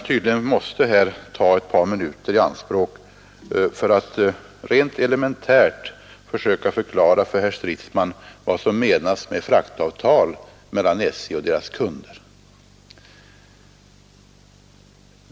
Tydligen måste jag ta ett par minuter i anspråk för att rent elementärt försöka förklara för herr Stridsman vad som menas med fraktavtal mellan SJ och dess kunder.